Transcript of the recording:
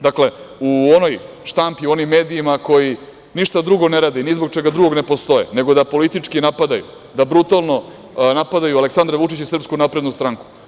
Dakle, u onoj štampi u onim medijima koji ništa drugo ne rade, ni zbog čega drugog ne postoje, nego da politički napadaju da brutalno napadaju Aleksandra Vučića i SNS.